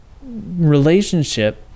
Relationship